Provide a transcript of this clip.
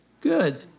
Good